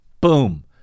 Boom